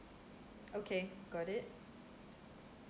okay got it